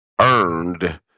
earned